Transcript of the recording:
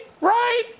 Right